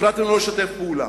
שהחלטתם לא לשתף פעולה.